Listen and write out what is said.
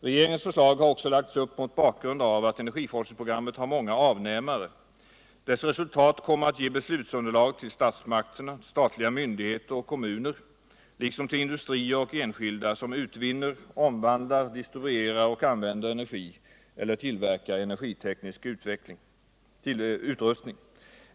Regeringens förslag har också lagts upp mot bakgrund av att cnergiforskningsprogrammet har många avnämare. Dess resultat kommer att ge beslutsunderlag till statsmakterna, statliga myndigheter och kommuner liksom till industrier och enskilda, som utvinner, omvandlar, distribuerar och använder energi eller tillverkar energiteknisk utrustning.